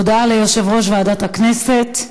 הודעה ליושב-ראש ועדת הכנסת,